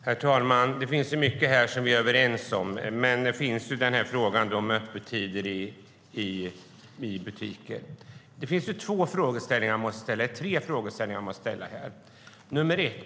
Herr talman! Det finns mycket som vi är överens om, men sedan har vi frågan om öppettider i butiker. Det finns tre frågor som man måste ställa. 1.